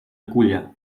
culla